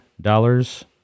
dollars